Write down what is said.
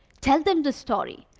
tell them this story.